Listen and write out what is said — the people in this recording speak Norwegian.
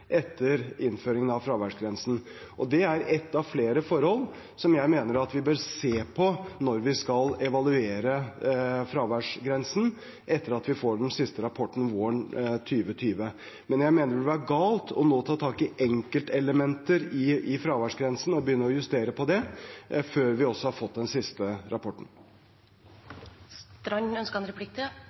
etter innføringen av fraværsgrensen. Det er ett av flere forhold som jeg mener vi bør se på når vi skal evaluere fraværsgrensen etter at vi har fått den siste rapporten våren 2020. Men jeg mener det nå vil være galt å ta tak i enkeltelementer i fraværsgrensen og begynne å justere på dem før vi har fått den siste rapporten.